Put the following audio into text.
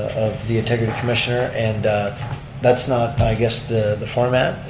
of the integrity commissioner, and that's not i guess the the format,